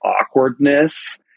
awkwardness